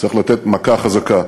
צריך לתת מכה חזקה.